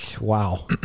wow